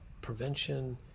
prevention